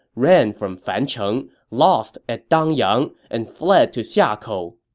ran from fancheng, lost at dangyang, and fled to xiakou.